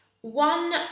One